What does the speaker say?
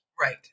right